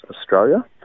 Australia